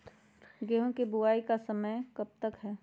गेंहू की बुवाई का समय कब तक है?